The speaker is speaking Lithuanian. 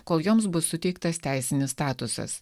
kol joms bus suteiktas teisinis statusas